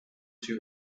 two